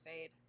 fade